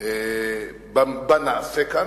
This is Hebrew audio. בנעשה כאן.